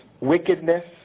wickedness